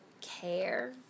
care